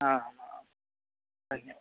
आमाम् धन्यवादः